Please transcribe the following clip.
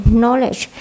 knowledge